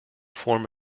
form